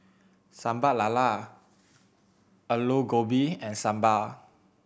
Sambal Lala Aloo Gobi and Sambal